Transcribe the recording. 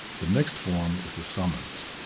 the next form is the summons.